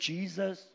Jesus